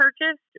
purchased